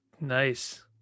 Nice